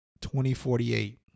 2048